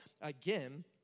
again